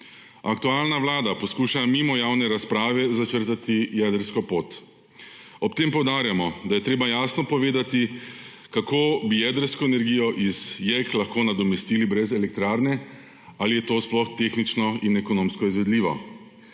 Aktualna vlada poskuša mimo javne razprave začrtati jedrsko pot. Ob tem poudarjamo, da je treba jasno povedati, kako bi jedrsko energijo iz JEK lahko nadomestili brez elektrarne in ali je to sploh tehnično in ekonomsko izvedljivo.